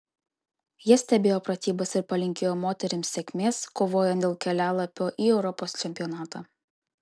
jie stebėjo pratybas ir palinkėjo moterims sėkmės kovojant dėl kelialapio į europos čempionatą